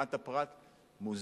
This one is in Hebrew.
וצנעת הפרט מוסדר,